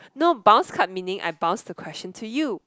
no bounce card meaning I bounce the question to you